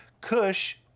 Kush